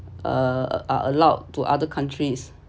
uh are allowed to other countries